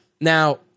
Now